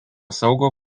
saugo